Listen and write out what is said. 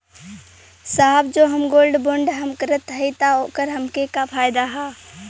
साहब जो हम गोल्ड बोंड हम करत हई त ओकर हमके का फायदा ह?